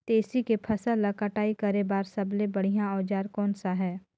तेसी के फसल ला कटाई करे बार सबले बढ़िया औजार कोन सा हे?